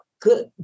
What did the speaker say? good